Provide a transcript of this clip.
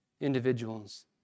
individuals